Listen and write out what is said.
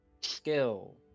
Skill